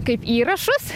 kaip įrašus